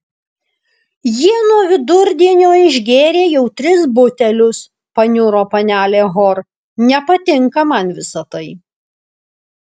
jie nuo vidurdienio išgėrė jau tris butelius paniuro panelė hor nepatinka man visa tai